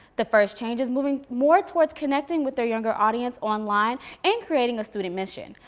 the first change is moving more towards connecting with their younger audience online and creating a student mission.